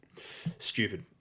Stupid